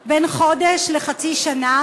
מאוד קצרה.